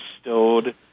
stowed